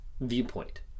viewpoint